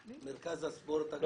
אם לא, נעבור לדובר הבא.